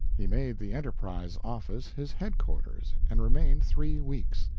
he made the enterprise office his headquarters and remained three weeks.